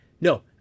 No